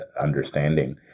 understanding